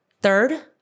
Third